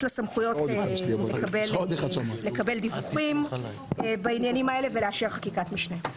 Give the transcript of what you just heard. לה סמכויות לקבל דיווחים בעניינים האלה ולאפשר חקיקה משנה.